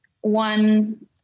one